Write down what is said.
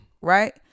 Right